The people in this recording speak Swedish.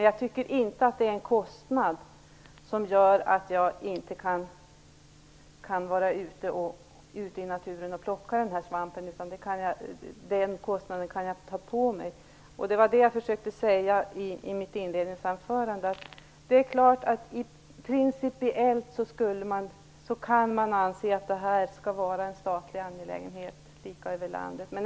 Jag tycker inte att kostnaden hindrar mig från att vara ute i naturen och plocka svamp. Den kostnaden kan jag ta på mig. I mitt inledningsanförande försökte jag säga att man principiellt kan anse att det här är en statlig angelägenhet som är lika över hela landet.